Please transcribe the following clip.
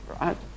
right